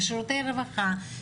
בשירותי רווחה,